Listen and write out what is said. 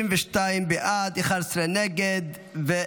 32 בעד, 11 מתנגדים.